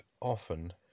often